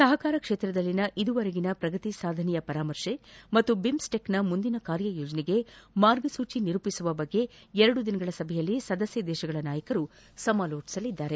ಸಹಕಾರ ಕ್ಷೇತ್ರದಲ್ಲಿನ ಈವರೆಗಿನ ಪ್ರಗತಿ ಸಾಧನೆಯ ಪರಾಮರ್ಶೆ ಹಾಗೂ ಬಿಮ್ಸ್ಟೆಕ್ನ ಮುಂದಿನ ಕಾರ್ಯಯೋಜನೆಗೆ ಮಾರ್ಗಸೂಚಿ ನಿರೂಪಿಸುವ ಬಗ್ಗೆ ಎರಡು ದಿನಗಳ ಸಭೆಯಲ್ಲಿ ಸದಸ್ಕ ದೇಶಗಳ ನಾಯಕರು ಸಮಾಲೋಚಿಸಿದ್ದಾರೆ